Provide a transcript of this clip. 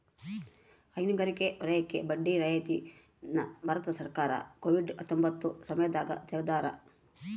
ಹೈನುಗಾರಿಕೆ ವಲಯಕ್ಕೆ ಬಡ್ಡಿ ರಿಯಾಯಿತಿ ನ ಭಾರತ ಸರ್ಕಾರ ಕೋವಿಡ್ ಹತ್ತೊಂಬತ್ತ ಸಮಯದಾಗ ತೆಗ್ದಾರ